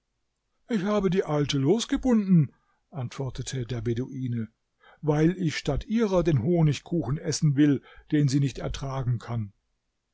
ich habe die alte losgebunden antwortete der beduine weil ich statt ihrer den honigkuchen essen will den sie nicht ertragen kann